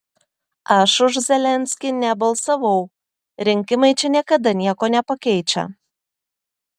aš už zelenskį nebalsavau rinkimai čia niekada nieko nepakeičia